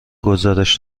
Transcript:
گزارش